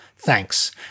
Thanks